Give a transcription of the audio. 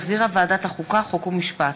שהחזירה ועדת החוקה, חוק ומשפט,